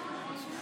מראש),